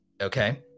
okay